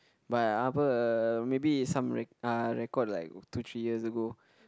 but apa uh maybe is some uh record like two three years ago